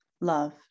Love